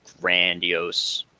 grandiose